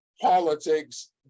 politics